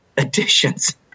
editions